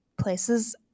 places